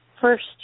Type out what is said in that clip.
first